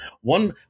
One